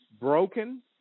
broken